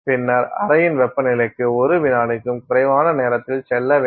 பின்னர் அறையின் வெப்பநிலைக்கு 1 விநாடிக்கும் குறைவான நேரத்தில் செல்லவேண்டும்